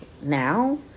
now